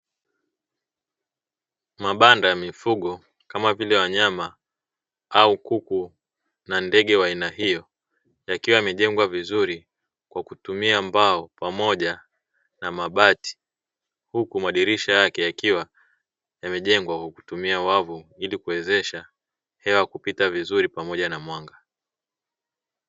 Mabanda ya mifugo kama vile wanyama au kuku na ndege wa aina hiyo, yakiwa yamejengwa vizuri kwa kutumia mbao pamoja na mabati, huku madirisha yake yakiwa yamejengwa kwa kutumia wavu, ili kuwezesha hewa kupita vizuri pamoja na mwanga.